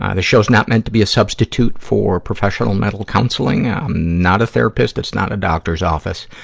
ah this show's not meant to be a substitute for professional mental counseling. i'm not a therapist. it's not a doctor's office.